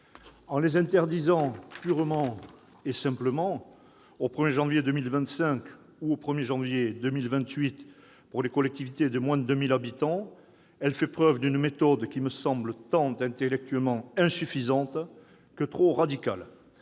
En les interdisant purement et simplement au 1 janvier 2025, ou au 1 janvier 2028 pour les collectivités de moins de 2 000 habitants, elle adopte une méthode qui me semble tant intellectuellement insuffisante que trop radicale.